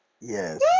Yes